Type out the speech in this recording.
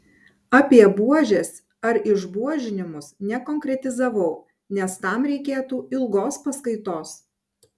apie buožes ar išbuožinimus nekonkretizavau nes tam reikėtų ilgos paskaitos